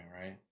right